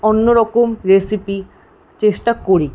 অন্যরকম রেসিপি চেষ্টা করি